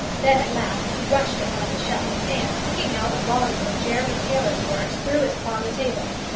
then at last he rushed at one of the shelves, and, picking out a volume of jeremy taylor's works, threw it upon the table.